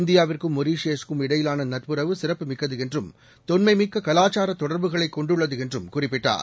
இந்தியாவுக்கும் மொரீ சியஸ்க்கும் இடையிலானநட்புறவு சிறப்புமிக்கதுஎன்றும் தொன்மைமிக்ககலாச்சாரதொடர்புகளைகொண்டுள்ளதுஎன்றும் குறிப்பிட்டார்